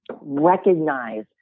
recognize